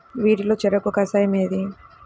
వీటిలో చెరకు కషాయం ఏది?